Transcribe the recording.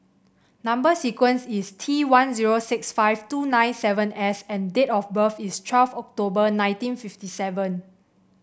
number sequence is T one zero six five two nine seven S and date of birth is twelve October nineteen fifty seven